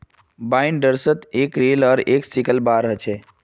बाइंडर्सत एक रील आर एक सिकल बार ह छे